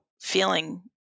feeling